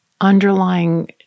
underlying